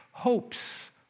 hopes